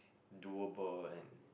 doable and